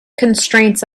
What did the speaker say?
constraints